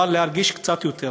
אבל להרגיש קצת יותר טוב.